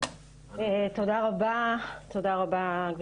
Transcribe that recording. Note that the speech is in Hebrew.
עינת פישר לאלו: תודה רבה גבירתי